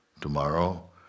tomorrow